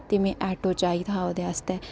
ते मी आटो चाहिदा हा ओह्दे आस्तै